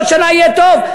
עוד שנה יהיה טוב,